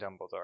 Dumbledore